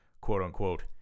quote-unquote